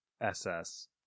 SS